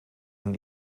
een